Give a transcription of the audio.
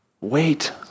wait